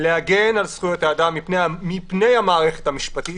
להגן על זכויות האדם מפני המערכת המשפטית